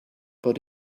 but